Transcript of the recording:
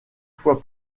fois